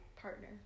Partner